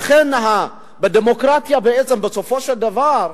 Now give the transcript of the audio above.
לכן, בדמוקרטיה, בסופו של דבר,